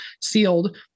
sealed